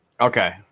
Okay